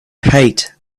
hate